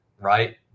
right